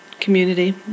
community